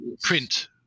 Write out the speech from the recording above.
print